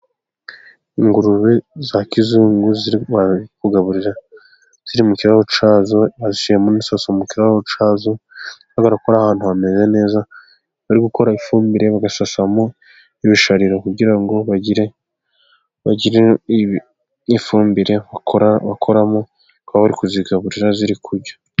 Ingurube za kizungu bari kugaburira ziri mu kiraro cyazo, bazishyiriyemo n'isaso mu kiraro cyazo barakora ahantu hameze neza, bari gukora ifumbire bagasasamo ibishariro, kugira ngo bagire ifumbire bakoramo, bakaba bari kuzigaburira ziri kurya.